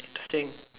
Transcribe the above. interesting